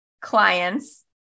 clients